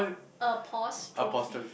apostrophe